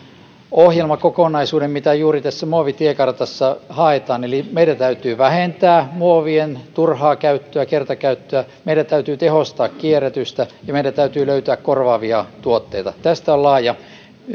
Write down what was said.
ohjelmakokonaisuuden mitä juuri tässä muovitiekartassa haetaan meidän täytyy vähentää muovien turhaa käyttöä kertakäyttöä meidän täytyy tehostaa kierrätystä ja löytää korvaavia tuotteita tästä on laaja